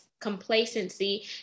complacency